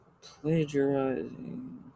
plagiarizing